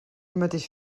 mateix